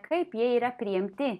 kaip jie yra priimti